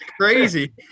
crazy